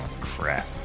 Crap